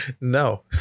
no